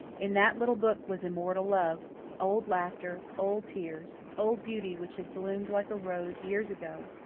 in that little book was immortal love old laughter old tears old beauty which had bloomed like a rose years ago,